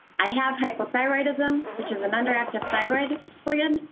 i have hypothyroidism, which is an underactive thyroid gland.